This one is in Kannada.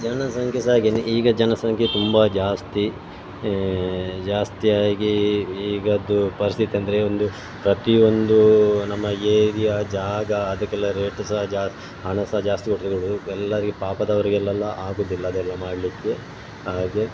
ಜನಸಂಖ್ಯೆ ಸಹ ಹಾಗೆನೆ ಈಗ ಜನಸಂಖ್ಯೆ ತುಂಬ ಜಾಸ್ತಿ ಜಾಸ್ತಿ ಆಗಿ ಈಗಿಂದು ಪರಿಸ್ಥಿತಿ ಅಂದರೆ ಒಂದು ಪ್ರತಿಯೊಂದು ನಮ್ಮ ಏರಿಯಾ ಜಾಗ ಅದಕ್ಕೆಲ್ಲ ರೇಟ್ ಸಹ ಜಾ ಹಣ ಸಹ ಜಾಸ್ತಿ ಕೊಟ್ಟುಕೊಳ್ಳುವುದು ಎಲ್ಲರಿಗೆ ಪಾಪದವರಿಗೆಲ್ಲ ಆಗುವುದಿಲ್ಲ ಅದೆಲ್ಲ ಮಾಡಲಿಕ್ಕೆ ಹಾಗೆ